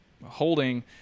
holding